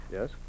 Yes